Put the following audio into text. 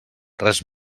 res